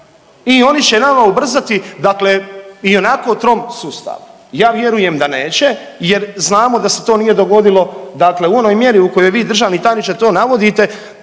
i oni će nama ubrzati dakle ionako trom sustav. Ja vjerujem da neće jer znamo da se to nije dogodilo dakle u onoj mjeri u kojoj vi državni tajniče navodite,